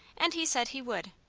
and he said he would.